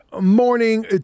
morning